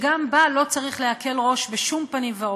וגם בה לא צריך להקל ראש בשום פנים ואופן.